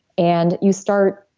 and you start,